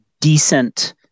decent